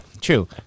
true